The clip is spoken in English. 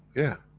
yeah.